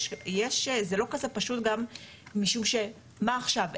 זה לא כזה פשוט גם משום שמה עכשיו?